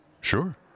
Sure